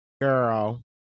girl